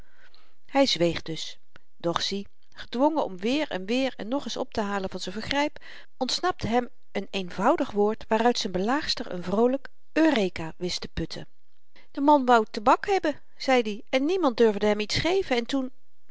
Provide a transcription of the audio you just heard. hy zweeg dus doch zie gedwongen om weer en weer en nogeens optehalen van z'n vergryp ontsnapte hem n eenvoudig woord waaruit z'n belaagster n vroolyk wist te putten de man wou tabak hebben zeid i en niemand durfde hem iets geven en toen